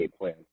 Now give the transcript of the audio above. plan